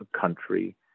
country